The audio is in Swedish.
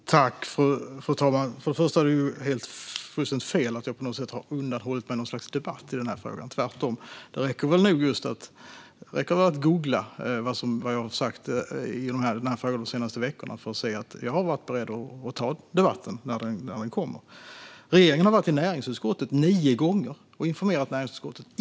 Fru talman! För det första är det fullständigt fel att jag på något sätt har hållit mig undan något slags debatt i denna fråga. Tvärtom: Det räcker väl att googla vad jag har sagt i denna fråga de senaste veckorna för att se att jag har varit beredd att ta debatten när den kommer. Regeringen har informerat näringsutskottet nio gånger.